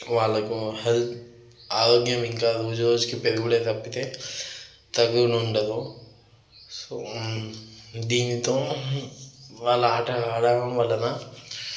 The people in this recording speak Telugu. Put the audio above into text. వాళ్ళకు హెల్త్ ఆరోగ్యం ఇంకా రోజు రోజుకి పెరుగుడే తప్పితే తగ్గుడు ఉండదు సో దీనితో వాళ్ళు ఆటలు ఆడడం వలన